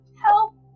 Help